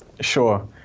Sure